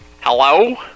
hello